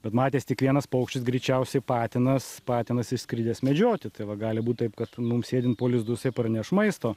bet matės tik vienas paukštis greičiausiai patinas patinas išskridęs medžioti tai va gali būt taip kad mum sėdint po lizdu jisai parneš maisto